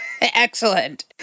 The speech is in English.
Excellent